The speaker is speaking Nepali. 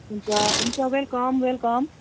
हुन्छ हुन्छ वेलकम वेलकम